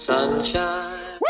Sunshine